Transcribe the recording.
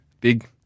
Big